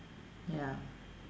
ya